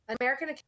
American